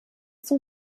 zum